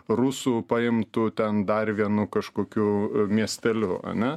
rusų paimtu ten dar vienu kažkokiu miesteliu ane